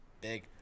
big